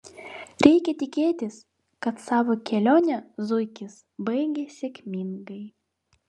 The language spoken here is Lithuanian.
reikia tikėtis kad savo kelionę zuikis baigė sėkmingai